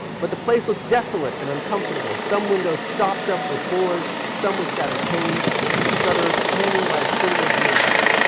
but the place looked desolate and uncomfortable. some windows stopped up with boards, some with shattered panes and shutters hanging by a single hinge.